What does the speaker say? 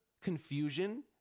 confusion